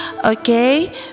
okay